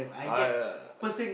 I uh